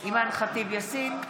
אימאן ח'טיב יאסין,